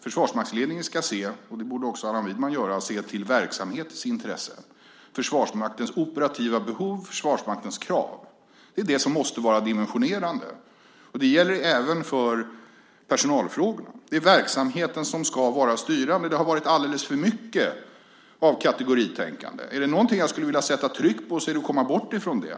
Försvarsmaktsledningen ska - och det borde också Allan Widman göra - se till verksamhetens intressen. Försvarsmaktens operativa behov och Försvarsmaktens krav är det som måste vara dimensionerande. Det gäller även för personalfrågorna. Det är verksamheten som ska vara styrande. Det har varit alldeles för mycket av kategoritänkande. Om det är något jag vill sätta tryck på så är det att komma bort från det.